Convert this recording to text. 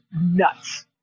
nuts